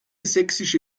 sächsische